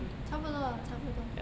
差不多啦差不多